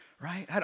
Right